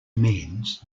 means